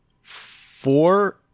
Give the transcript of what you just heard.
four